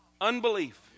Unbelief